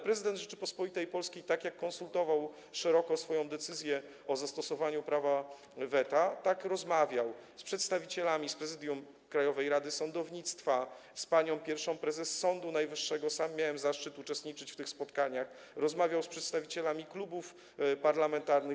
Prezydent Rzeczypospolitej Polskiej tak jak szeroko konsultował swoją decyzję o zastosowaniu prawa weta, tak rozmawiał z przedstawicielami Prezydium Krajowej Rady Sądownictwa, z panią pierwszą prezes Sądu Najwyższego - sam miałem zaszczyt uczestniczyć w tych spotkaniach - rozmawiał z przedstawicielami klubów parlamentarnych.